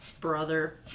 brother